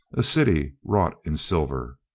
a city wrought in silver.